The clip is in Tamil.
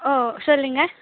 ஓ சொல்லுங்க